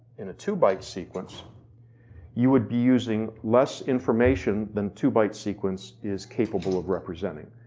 in a two byte sequence you would be using less information than two byte sequence is capable of representing.